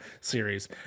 series